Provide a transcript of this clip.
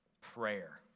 prayer